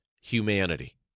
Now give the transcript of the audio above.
humanity